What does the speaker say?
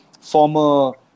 former